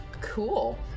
Cool